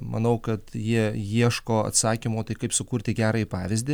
manau kad jie ieško atsakymo tai kaip sukurti gerąjį pavyzdį